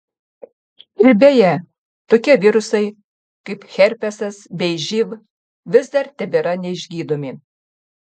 ir beje tokie virusai kaip herpesas bei živ vis dar tebėra neišgydomi